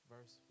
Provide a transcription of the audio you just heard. verse